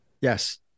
yes